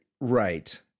Right